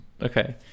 Okay